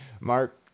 Mark